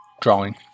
drawing